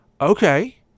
okay